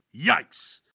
yikes